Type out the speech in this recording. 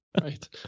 Right